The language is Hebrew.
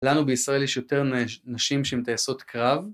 לנו בישראל יש יותר נ.. נשים שהם טייסות קרב